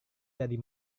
tadi